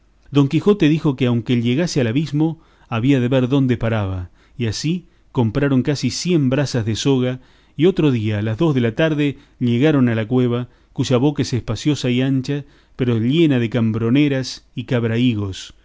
don quijote dijo que aunque llegase al abismo había de ver dónde paraba y así compraron casi cien brazas de soga y otro día a las dos de la tarde llegaron a la cueva cuya boca es espaciosa y ancha pero llena de cambroneras y